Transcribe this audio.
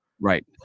right